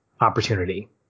opportunity